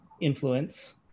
influence